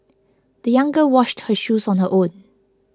the young girl washed her shoes on her own